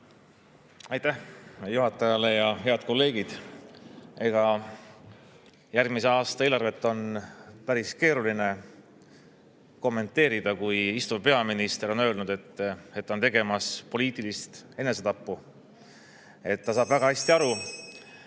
Aitäh juhatajale! Head kolleegid! Järgmise aasta eelarvet on päris keeruline kommenteerida, kui istuv peaminister on öelnud, et ta on tegemas poliitilist enesetappu. Ta saab väga hästi aru,